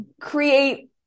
create